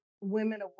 women